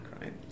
right